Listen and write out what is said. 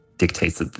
dictates